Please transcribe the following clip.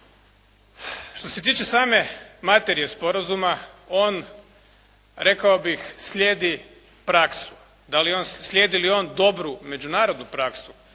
Što se tiče same materije sporazuma on rekao bih slijedi praksu. Slijedi li on dobru međunarodnu praksu